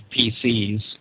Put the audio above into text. PCs